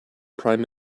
prime